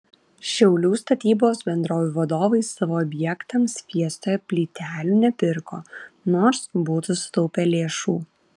šiaulių statybos bendrovių vadovai savo objektams fiestoje plytelių nepirko nors būtų sutaupę lėšų